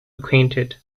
acquainted